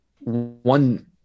one